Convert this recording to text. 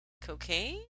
cocaine